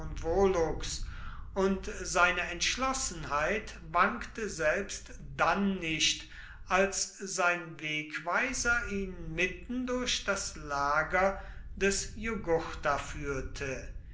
und seine entschlossenheit wankte selbst dann nicht als sein wegweiser ihn mitten durch das lager des jugurtha führte